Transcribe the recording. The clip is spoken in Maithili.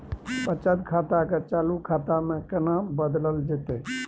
बचत खाता के चालू खाता में केना बदलल जेतै?